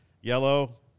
yellow